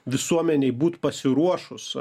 visuomenei būt pasiruošus